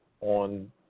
On